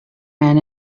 men